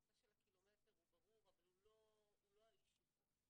הנושא של הקילומטר הוא ברור אבל לא האישיו פה.